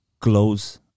close